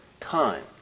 time